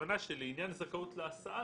הכוונה היא שלעניין זכאות להסעה,